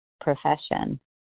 profession